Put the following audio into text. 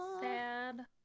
sad